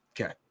Okay